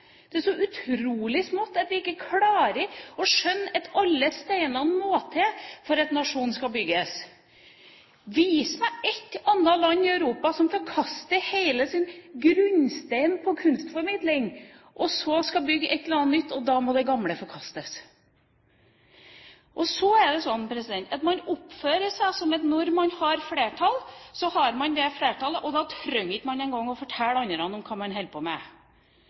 Det er så utrolig smått at vi ikke klarer å skjønne at alle steinene må til for at nasjonen skal bygges. Vis meg ett annet land i Europa som forkaster hele sin grunnstein i kunstformidlingen – som skal bygge et eller annet nytt, og da må det gamle forkastes! Så er det sånn at man oppfører seg, når man har flertall, som at man da ikke engang trenger å fortelle andre hva man holder på med.